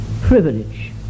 privilege